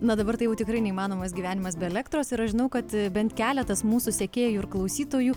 na dabar tai jau tikrai neįmanomas gyvenimas be elektros ir aš žinau kad bent keletas mūsų sekėjų ir klausytojų